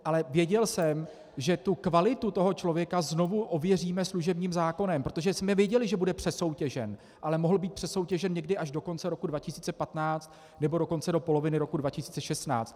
Ale věděl jsem, že kvalitu člověka znovu ověříme služebním zákonem, protože jsme věděli, že bude přesoutěžen, ale mohl být přesoutěžen někdy až do roku 2015, nebo dokonce do poloviny roku 2016.